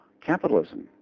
capitalism